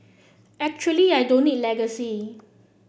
actually I don't need legacy